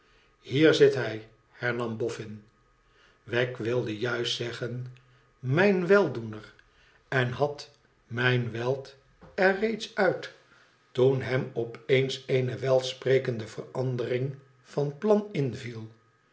hier zit hij hernam boffin wegg wilde juist zeggen mijn weldoener en had t mijn weid er reeds uit toen hem op eens eene welsprekende verandering van plan inviel